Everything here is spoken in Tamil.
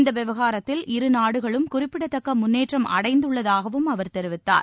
இந்தவிவகாரத்தில் இருநாடுகளும் குறிப்பிடத்தக்கமுன்னேற்றம் அடைந்துள்ளதாகவும் அவர் தெரிவித்தார்